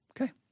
Okay